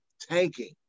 tanking